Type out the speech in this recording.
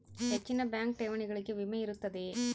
ಹೆಚ್ಚಿನ ಬ್ಯಾಂಕ್ ಠೇವಣಿಗಳಿಗೆ ವಿಮೆ ಇರುತ್ತದೆಯೆ?